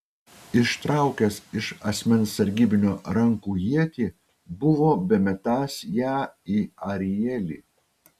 ištraukęs iš asmens sargybinio rankų ietį buvo bemetąs ją į arielį